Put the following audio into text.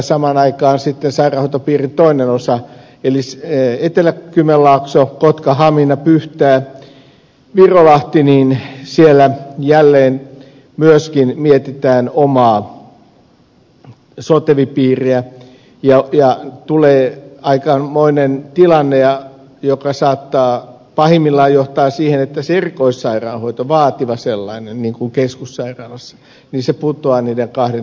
samaan aikaan sitten sairaanhoitopiirin toisessa osassa eli etelä kymenlaaksossa kotka hamina pyhtää virolahti jälleen myöskin mietitään omaa sotevi piiriä ja tulee aikamoinen tilanne joka saattaa pahimmillaan johtaa siihen että se erikoissairaanhoito vaativa sellainen niin kuin keskussairaalassa putoaa niiden kahden toimijan väliin